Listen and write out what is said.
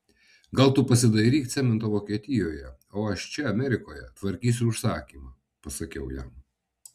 gal tu pasidairyk cemento vokietijoje o aš čia amerikoje tvarkysiu užsakymą pasakiau jam